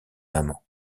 amant